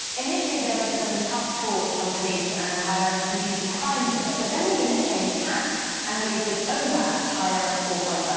initially, there was some tough talk from police and thailand's computer crime unit, but then the unit changed tack and released its own rap, thailand four point ah